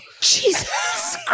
Jesus